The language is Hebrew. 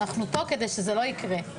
אז אנחנו פה כדי שלא יקרה.